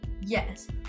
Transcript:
Yes